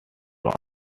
round